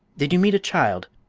did you meet a child?